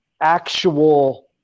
actual